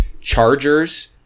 Chargers